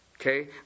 Okay